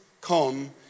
come